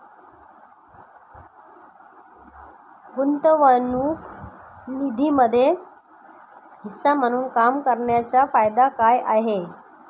गुंतवणूक निधीमध्ये हिस्सा म्हणून काम करण्याच्या फायदा काय आहे?